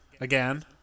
again